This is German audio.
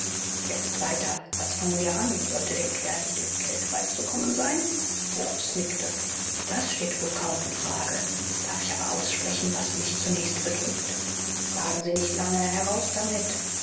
jetzt weiter was fangen wir an sollte dem kerl nicht mit geld beizukommen sein bruchs nickte das steht wohl kaum in frage darf ich aber aussprechen was mich zunächst bedrückt fragen sie nicht lange heraus damit